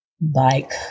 bike